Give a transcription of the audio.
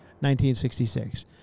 1966